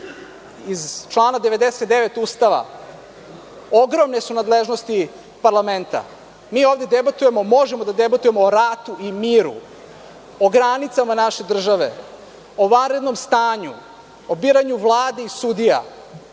iz člana 99. Ustava, ogromne su nadležnosti parlamenta. Mi ovde možemo da debatujemo o ratu i miru, o granicama naše države, o vanrednom stanju, o biranju vlade i sudija.